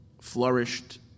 flourished